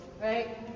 Right